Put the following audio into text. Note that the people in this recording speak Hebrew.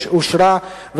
פ/1427 התקבלה ותידון,